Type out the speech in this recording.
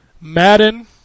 Madden